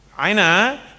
Aina